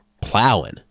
plowing